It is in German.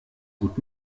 gut